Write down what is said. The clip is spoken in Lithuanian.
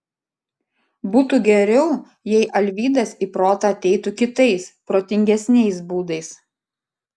būtų geriau jei alvydas į protą ateitų kitais protingesniais būdais